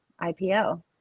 IPO